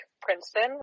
Princeton